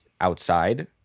Outside